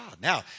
Now